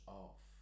off